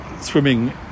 swimming